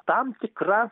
tam tikra